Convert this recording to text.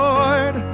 Lord